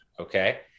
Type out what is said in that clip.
okay